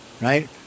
right